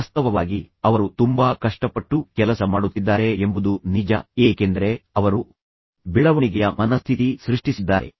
ವಾಸ್ತವವಾಗಿ ಅವರು ತುಂಬಾ ಕಷ್ಟಪಟ್ಟು ಕೆಲಸ ಮಾಡುತ್ತಿದ್ದಾರೆ ಎಂಬುದು ನಿಜ ಏಕೆಂದರೆ ಅವರು ಬೆಳವಣಿಗೆಯ ಮನಸ್ಥಿತಿ ಸೃಷ್ಟಿಸಿದ್ದಾರೆ